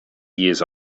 years